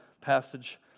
passage